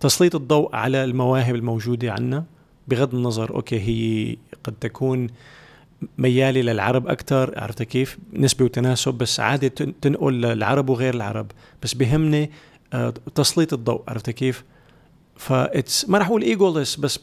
تسليط الضوء على المواهب الموجودة عنا. بغض النظر، أوكي، هي قد تكون ميالة للعرب أكتر، عرفت كيف؟ نسبة وتناسب، بس عادة تن- تنقل للعرب وغير العرب. بس بهمني، آه، تسليط الضوء، عرفت كيف؟ ف- it's- ما رح أقول egoless، بس